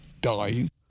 dying